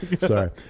Sorry